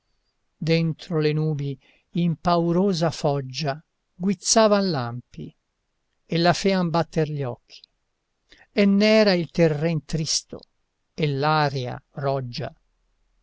dentro le nubi in paurosa foggia guizzavan lampi e la fean batter gli occhi e n'era il terren tristo e l'aria roggia